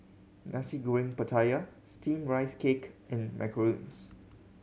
Nasi Goreng Pattaya Steamed Rice Cake and macarons